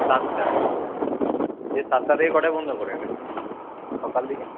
সাতটা আচ্ছা আচ্ছা সাতটা থেকে কটায় বন্ধ করেন এমনি সকাল দিকে